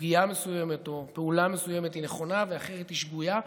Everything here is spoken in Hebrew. ושסוגיה מסוימת או פעולה מסוימת היא נכונה והאחרת היא שגויה.